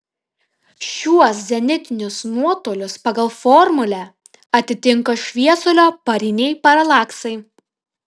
šiuos zenitinius nuotolius pagal formulę atitinka šviesulio pariniai paralaksai